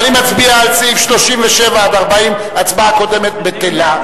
אני מצביע על סעיף 37 40. ההצבעה הקודמת בטלה.